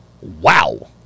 Wow